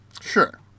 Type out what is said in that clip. Sure